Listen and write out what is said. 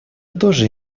тоже